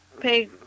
pay